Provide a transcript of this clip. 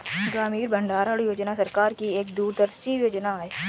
ग्रामीण भंडारण योजना सरकार की एक दूरदर्शी योजना है